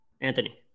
Anthony